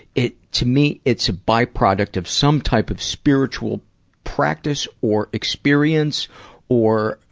it, to me, it's a byproduct of some type of spiritual practice or experience or,